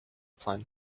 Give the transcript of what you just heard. plan